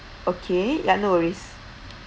okay ya no worries